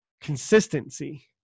consistency